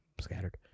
scattered